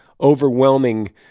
overwhelming